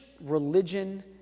religion